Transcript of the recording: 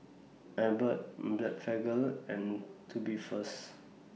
Abbott Blephagel and Tubifast